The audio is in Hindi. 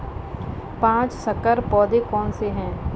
पाँच संकर पौधे कौन से हैं?